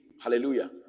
Hallelujah